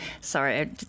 sorry